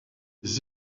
ses